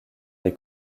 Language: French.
des